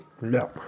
No